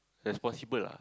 responsible ah